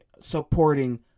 supporting